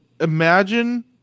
imagine